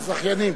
לזכיינים.